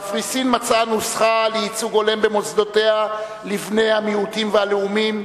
קפריסין מצאה נוסחה לייצוג הולם במוסדותיה לבני המיעוטים והלאומים,